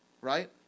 Right